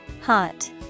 Hot